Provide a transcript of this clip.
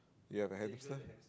ya got hamster